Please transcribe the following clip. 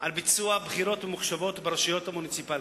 על ביצוע בחירות ממוחשבות ברשויות המוניציפליות.